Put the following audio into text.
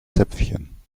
zäpfchen